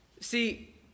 See